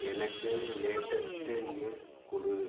எனக்கு latest news கொடு